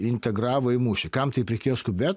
integravo į mūšį kam taip reikėjo skubėt